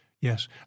yes